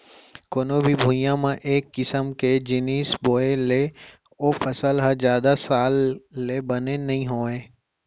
कोनो भी भुइंया म एक किसम के जिनिस बोए ले ओ फसल ह जादा साल ले बने नइ होवय